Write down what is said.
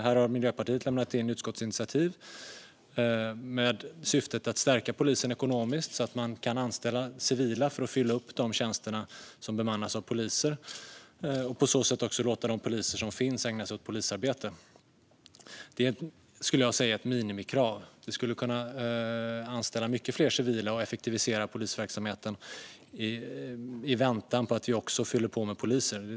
Här har Miljöpartiet lämnat in utskottsinitiativ med syftet att stärka polisen ekonomiskt så att man kan anställa civila för att fylla upp de tjänsterna och på så sätt låta de poliserna ägna sig åt polisarbete. Det här skulle jag säga är ett minimikrav. Vi skulle kunna anställa många fler civila och effektivisera polisverksamheten i väntan på att också fylla på med poliser.